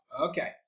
Okay